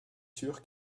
sûr